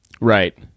right